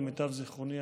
למיטב זכרוני,